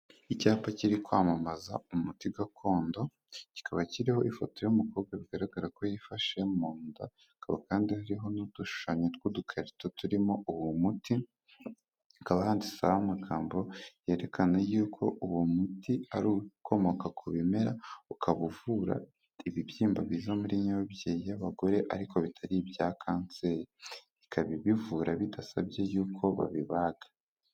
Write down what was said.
Icyapa kiri kwamamaza umuti gakondo, kikaba kiriho ifoto y'umukobwa bigaragara ko yifashe mu nda, hakaba kandi hariho n'udushushanyo tw'udukarito turimo uwo muti, ikaba handitseho amagambo yerekana y'uko uwo muti ari ukomoka ku bimera, ukaba uvura ibibyimba biza muri nyababyeyi y'abagore ariko bitari ibya kanseri, ikaba ibivura bidasabye yuko babibaga.